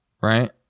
Right